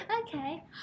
Okay